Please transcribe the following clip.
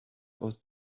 aus